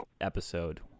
episode